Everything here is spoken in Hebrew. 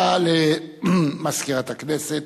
מאת חברי הכנסת